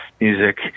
music